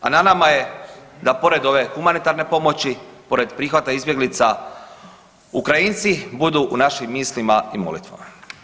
A na nama je da pored ove humanitarne pomoći, pored prihvata izbjeglica Ukrajinci budu u našim mislima i molitvama.